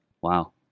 Wow